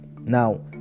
Now